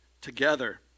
together